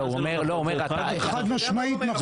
זה לא נכון.